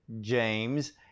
James